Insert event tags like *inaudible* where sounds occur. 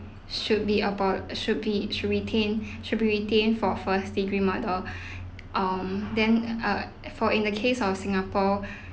should be abo~ should be should retained *breath* should be retained for first degree murder *breath* um then uh for in the case of singapore *breath*